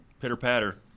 Pitter-patter